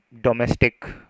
domestic